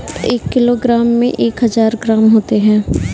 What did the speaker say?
एक किलोग्राम में एक हजार ग्राम होते हैं